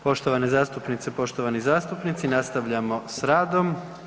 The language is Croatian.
Poštovane zastupnice, poštovani zastupnici, nastavljamo s radom.